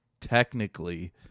technically